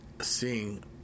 seeing